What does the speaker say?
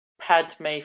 Padme